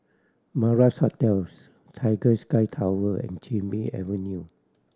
Madras Hotels Tiger Sky Tower and Chin Bee Avenue